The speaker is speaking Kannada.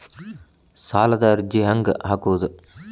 ಸಾಲದ ಅರ್ಜಿ ಹೆಂಗ್ ಹಾಕುವುದು?